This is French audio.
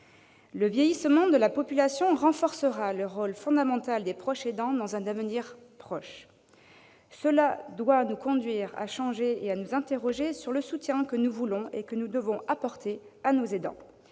Le vieillissement de la population renforcera le rôle fondamental des proches aidants à l'avenir. Cela doit nous conduire à nous interroger sur le soutien que nous voulons et que nous devons apporter à nos aidants.